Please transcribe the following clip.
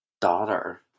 daughter